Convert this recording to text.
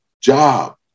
job